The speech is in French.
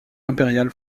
impériale